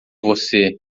você